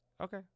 Okay